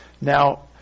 Now